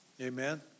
Amen